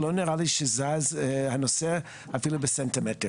אבל לא נראה לי שזז הנושא אפילו בסנטימטר,